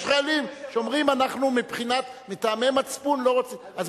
יש חיילים שאומרים: אנחנו מטעמי מצפון לא רוצים.